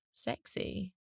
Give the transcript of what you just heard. sexy